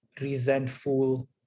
resentful